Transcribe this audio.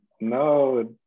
No